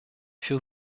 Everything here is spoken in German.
für